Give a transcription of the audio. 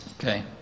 Okay